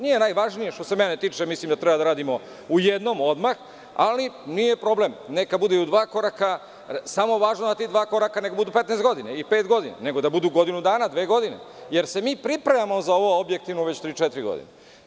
Nije najvažnije što se mene tiče, mislim da treba da radimo u jednom odmah, ali nije problem, neka bude i u dva koraka, samo je važno da ta dva koraka ne budu 15 godina i pet godina, nego da budu godinu dana, dve godine, jer se mi pripremamo za ovo objektivno već tri, četiri godine.